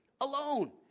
alone